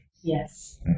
yes